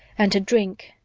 and to drink,